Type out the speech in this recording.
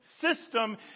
system